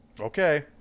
Okay